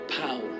power